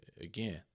again